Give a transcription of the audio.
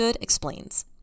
Explains